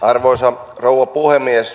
arvoisa rouva puhemies